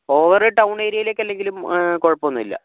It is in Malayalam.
ഓവർ ടൗൺ ഏരിയയിലേക്കല്ലെങ്കിലും കുഴപ്പമൊന്നുമില്ല